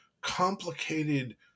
complicated